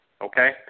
okay